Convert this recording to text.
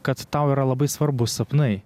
kad tau yra labai svarbūs sapnai